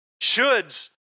Shoulds